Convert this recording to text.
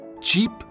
Cheap